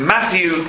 Matthew